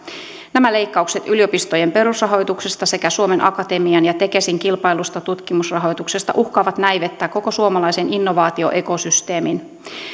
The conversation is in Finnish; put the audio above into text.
nämä leikkaukset yliopistojen perusrahoituksesta sekä suomen akatemian ja tekesin kilpaillusta tutkimusrahoituksesta uhkaavat näivettää koko suomalaisen innovaatioekosysteemin